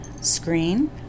screen